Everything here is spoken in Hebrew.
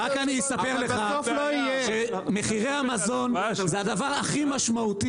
רק אני אספר לך שמחירי המזון זה הדבר הכי משמעותי